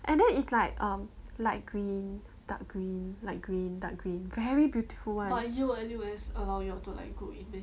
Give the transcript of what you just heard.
and then it's like um light green dark green light green dark green very beautiful one